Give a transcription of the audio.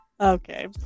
Okay